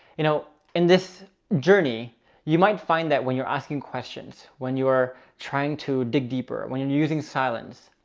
you know, in this journey you might find that when you're asking questions, when you are trying to dig deeper, when you're using silence,